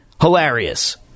hilarious